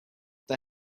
they